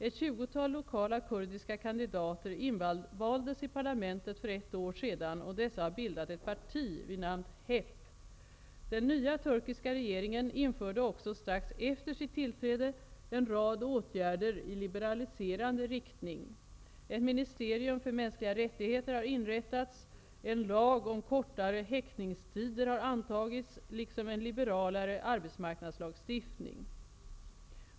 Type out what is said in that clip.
Ett tjugotal lokala kurdiska kandidater invaldes i parlamentet för ett år sedan, och dessa har bildat ett parti vid namn HEP. Den nya turkiska regeringen införde också strax efter sitt tillträde en rad åtgärder i liberaliserande riktning. Ett ministerium för mänskliga rättigheter har inrättats, en lag om kortare häktningstider har antagits liksom en liberalare arbetsmarknadslagstiftning.